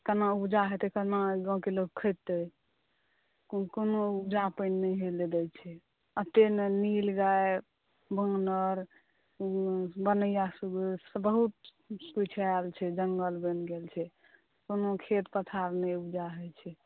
कोना उपजा हेतै कोना गाँवके लोक खेतै कोनो उपजा पानि नहि होवै लए दै छै अते ने नीलगाय वानर वनैया सुअर बहुत आयल छै जङ्गल बनिगेल छै कोनो खेत पथार नहि उपजा होइ छै